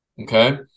Okay